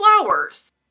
flowers